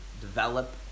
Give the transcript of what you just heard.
develop